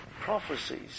prophecies